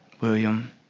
William